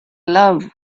love